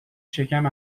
شکم